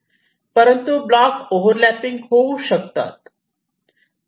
परंतु block overlapping होऊ शकतात